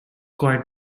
quite